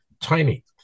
tiny